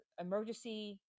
emergency